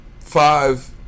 five